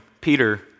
Peter